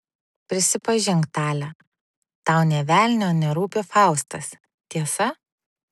prisipažink tale tau nė velnio nerūpi faustas tiesa